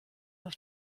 auf